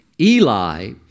Eli